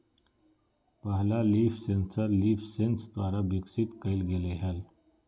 पहला leaf sensor LeafSens द्वारा विकसित कइल गेलय हल